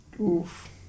Oof